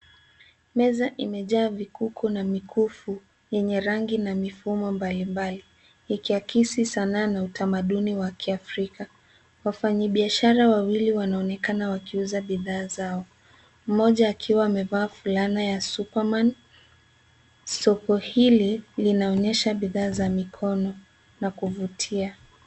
Meza imejaa vikuku na mikufu yenye rangi na mifumo mbalimbali ikiakisi sanaa na utamaduni wa kiafrika. Wafanyabiashara wawili wanaonekana wakiuza bidhaa zao mmoja akiwa amevaa fulana ya, superman. Soko hili linaonyesha bidhaa za mikono na kuvutia.